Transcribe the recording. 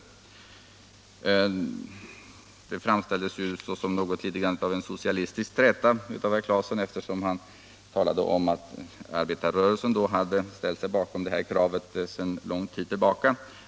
Herr Claesons framställning var något av en socialistisk träta, eftersom han sade att arbetarrörelsen ställt sig bakom kravet sedan lång tid tillbaka.